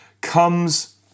comes